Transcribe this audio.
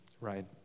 right